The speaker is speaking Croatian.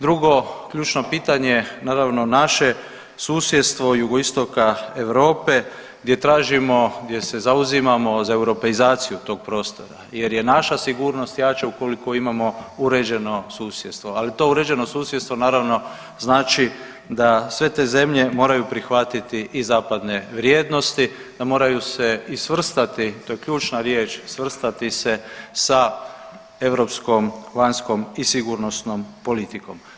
Drugo ključno pitanje naravno naše susjedstvo Jugoistoka Europe gdje tražimo, gdje se zauzimamo za europeizaciju tog prostora jer je naša sigurnost jača ukoliko imamo uređeno susjedstvo, ali to uređeno susjedstvo naravno znači da sve te zemlje moraju prihvatiti i zapadne vrijednosti, da moraju se i svrstati, to je ključna riječ, svrstati se sa europskom vanjskom i sigurnosnom politikom.